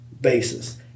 basis